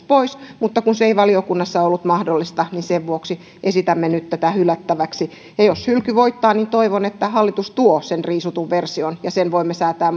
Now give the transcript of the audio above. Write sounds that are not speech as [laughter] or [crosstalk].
[unintelligible] pois mutta kun se ei valiokunnassa ollut mahdollista niin sen vuoksi esitämme nyt tätä hylättäväksi jos hylky voittaa niin toivon että hallitus tuo sen riisutun version ja sen voimme säätää [unintelligible]